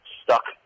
stuck